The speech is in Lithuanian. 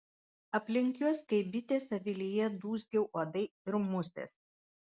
aplink juos kaip bitės avilyje dūzgia uodai ir musės